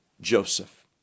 joseph